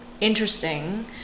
interesting